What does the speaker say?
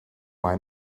mine